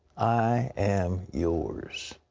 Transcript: i am yours.